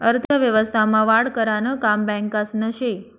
अर्थव्यवस्था मा वाढ करानं काम बॅकासनं से